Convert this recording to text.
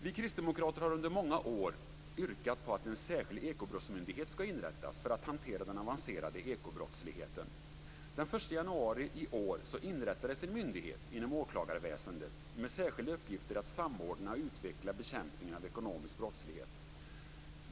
Vi kristdemokrater har under många år yrkat på att en särskild ekobrottsmyndighet skall inrättas för att hantera den avancerade ekobrottsligheten. Den 1 januari i år inrättades en myndighet inom åklagarväsendet med särskilda uppgifter att samordna och utveckla bekämpningen av ekonomisk brottslighet.